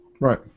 Right